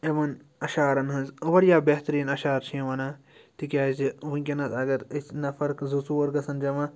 یِمَن اَشعارَن ہٕنٛز واریاہ بہتریٖن اَشار چھِ یِم وَنان تِکیٛازِ وٕنۍکٮ۪نَس اگر أسۍ نَفر زٕ ژور گژھن جَمع